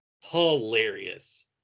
Hilarious